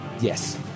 Yes